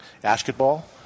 basketball